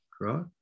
right